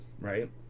Right